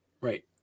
Right